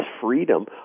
freedom